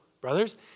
brothers